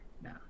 No